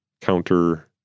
Counter